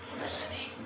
listening